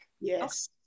yes